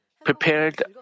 prepared